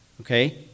Okay